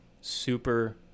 super